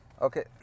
okay